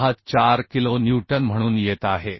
64 kilo newton म्हणून येत आहेत